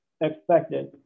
expected